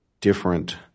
different